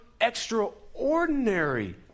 extraordinary